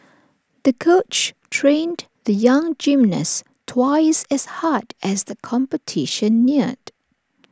the coach trained the young gymnast twice as hard as the competition neared